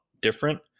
different